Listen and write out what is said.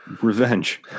Revenge